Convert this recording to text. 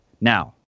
Now